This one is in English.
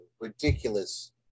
ridiculous